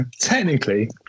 technically